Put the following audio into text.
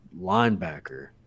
linebacker